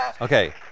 Okay